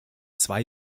zwei